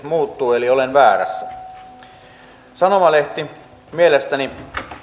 muuttuu eli olen väärässä sanomalehden mielestäni